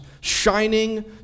shining